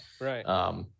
Right